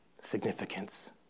significance